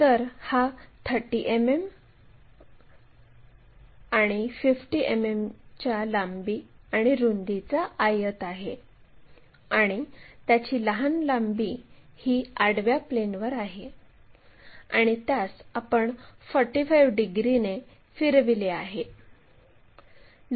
तर हा 30 मिमी 50 मिमीच्या लांबी आणि रुंदीचा आयत आहे आणि त्याची लहान लांबी ही आडव्या प्लेनवर आहे आणि त्यास आपण 45 डिग्रीने फिरविले आहे